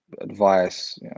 advice